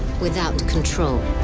without control,